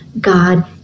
God